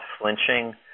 flinching